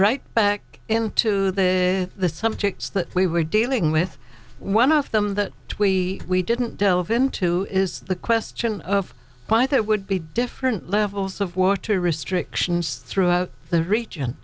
right back into that the subjects that we were dealing with one of them the twee we didn't delve into is the question of why that would be different levels of water restrictions throughout the region